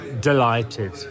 delighted